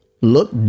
look